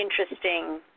interesting